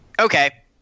Okay